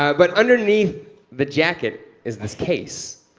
but underneath the jacket is this case,